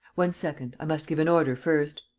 one second. i must give an order first.